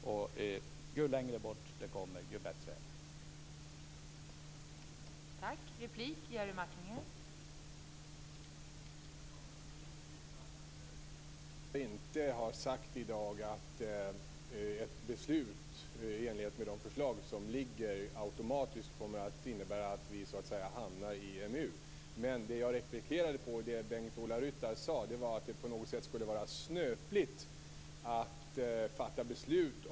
Ju längre bort EMU kommer, desto bättre är det.